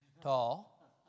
tall